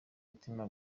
mitima